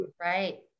right